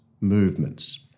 movements